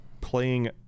playing